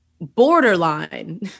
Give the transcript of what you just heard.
borderline